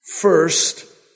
First